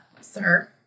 sir